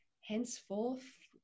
henceforth